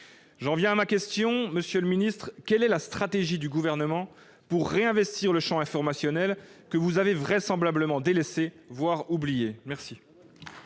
J'en viens à ma question : monsieur le ministre, quelle est la stratégie du Gouvernement pour réinvestir le « champ informationnel », que vous avez vraisemblablement délaissé, voire oublié ? La